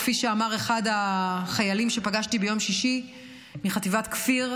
כפי שאמר אחד החיילים שפגשתי ביום שישי מחטיבת כפיר,